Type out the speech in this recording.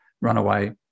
runaway